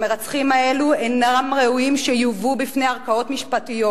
המרצחים האלו אינם ראויים שיובאו בפני ערכאות משפטיות.